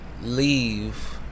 leave